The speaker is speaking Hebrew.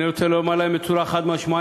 אני רוצה לומר להם בצורה חד-משמעית: